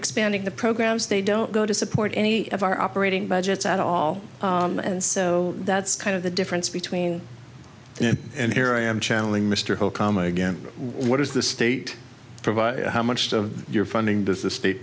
expanding the programs they don't go to support any of our operating budgets at all and so that's kind of the difference between then and here i am channeling mr holcombe again what is the state provide how much of your funding does the state